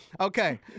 Okay